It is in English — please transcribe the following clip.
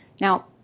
Now